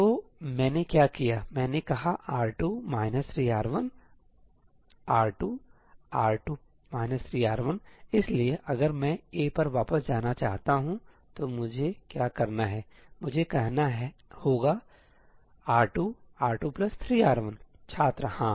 तो मैंने क्या किया मैंने कहा 'R2 3R1' 'R2 ← R2 3R1'इसलिए अगर मैं A पर वापस जाना चाहता हूं तो मुझे क्या करना है मुझे कहना होगा 'R2 ← R2 3R1' छात्रहां